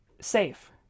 safe